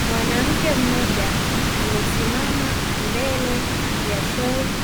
Mwanamke mmoja amesimama mbele ya shelf